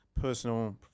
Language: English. personal